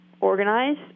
organize